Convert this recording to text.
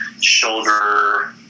shoulder